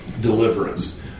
deliverance